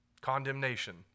condemnation